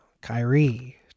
Kyrie